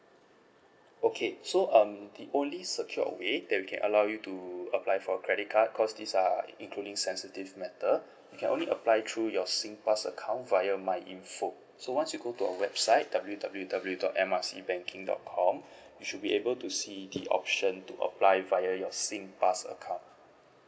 okay so um the only secured way that we can allow you to apply for a credit card cause these are i~ including sensitive matter you can only apply through your singpass account via myinfo so once you go to our website W W W dot M R C banking dot com you should be able to see the option to apply via your singpass account